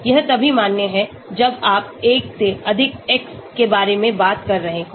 यह तभी मान्य है जब आप एक से अधिक x के बारे में बात कर रहे हों